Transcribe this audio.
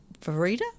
Verita